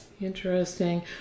interesting